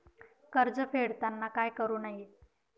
कर्ज फेडताना काय करु नये?